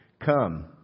Come